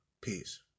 Peace